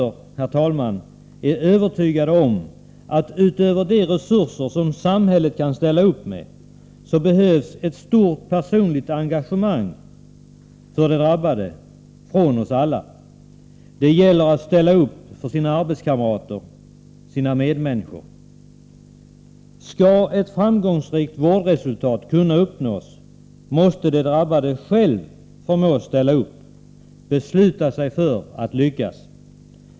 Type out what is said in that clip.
Vi moderater är övertygade om att det — förutom de resurser som samhället kan ställa upp med — krävs att vi alla visar ett stort personligt engagemang för de drabbade. Det gäller att ställa upp för sina arbetskamrater, för sina medmänniskor. Om ett framgångsrikt vårdresultat skall kunna uppnås, måste den drabbade själv förmås ställa upp. Den drabbade måste besluta sig för att lyckas.